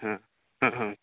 ହଁ ହଁ ହଁ